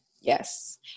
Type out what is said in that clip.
Yes